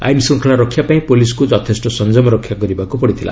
ଆଇନ ଶୃଙ୍ଖଳା ରକ୍ଷା ପାଇଁ ପୁଲିସ୍କୁ ଯଥେଷ୍ଟ ସଂଯମ ରକ୍ଷା କରିବାକୁ ପଡ଼ିଥିଲା